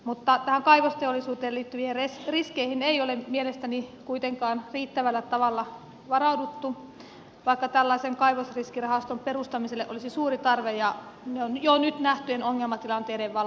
mutta tähän kaivosteollisuuteen liittyviin riskeihin ei ole mielestäni kuitenkaan riittävällä tavalla varauduttu vaikka tällaisen kaivosriskirahaston perustamiselle olisi suuri tarve jo nyt nähtyjen ongelmatilanteiden valossa